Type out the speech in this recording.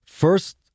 First